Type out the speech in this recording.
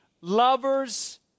lovers